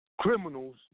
criminals